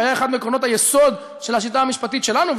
שהיה אחד מעקרונות היסוד של השיטה המשפטית שלנו,